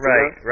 Right